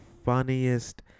funniest